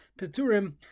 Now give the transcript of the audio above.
Peturim